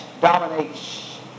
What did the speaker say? dominates